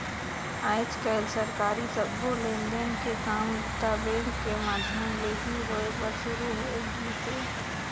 आयज कायल सरकारी सबो लेन देन के काम बूता बेंक के माधियम ले ही होय बर सुरू हो गइसे